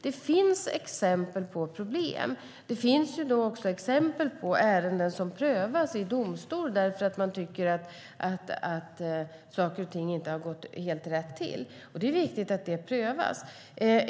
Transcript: Det finns exempel på problem. Det finns också exempel på ärenden som prövas i domstol, för att man inte tycker att saker och ting har gått helt rätt till. Och det är viktigt att det prövas.